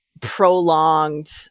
prolonged